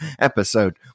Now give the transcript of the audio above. episode